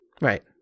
Right